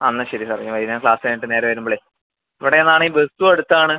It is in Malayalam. ആ എന്നാൽ ശരി സാർ ഞാൻ വൈകുന്നേരം ക്ലാസ്സ് കഴിഞ്ഞിട്ട് നേരെ വരുമ്പോളേ ഇവിടെനിന്ന് ആണെങ്കിൽ ബസ്സും അടുത്ത് ആണ്